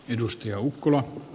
arvoisa puhemies